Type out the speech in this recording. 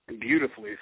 beautifully